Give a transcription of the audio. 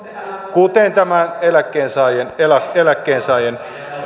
kuten tämä eläkkeensaajien